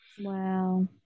wow